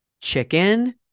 Chicken